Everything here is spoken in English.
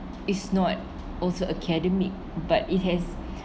is not also academic but it has